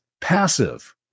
passive